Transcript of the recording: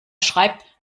schreibt